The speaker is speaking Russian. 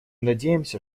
надеемся